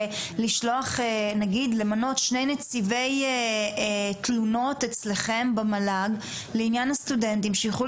נגיד למנות שני נציבי תלונות אצלכם במל"ג לעניין הסטודנטים שיוכלו